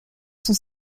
sont